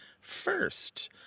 first